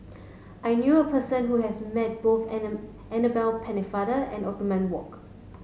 I knew a person who has met both Anna Annabel Pennefather and Othman Wok